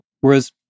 Whereas